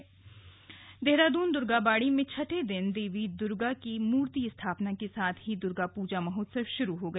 दुर्गा बाड़ी देहरादून दुर्गाबाड़ी में छठे दिन देवी दुर्गा की मूर्ति स्थापना के साथ ही दुर्गा पूजा महोत्सव शुरू हो गया